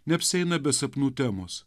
neapsieina be sapnų temos